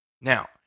Now